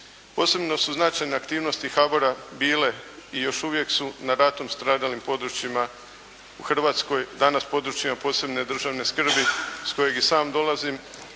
Posebno su značajne aktivnosti HBOR-a bile i još uvije su na ratom stradalim područjima u Hrvatskoj, danas područjima posebne državne skrbi iz kojeg i sam dolazim,